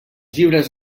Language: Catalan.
llibres